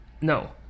No